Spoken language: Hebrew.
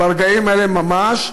ברגעים האלה ממש,